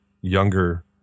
younger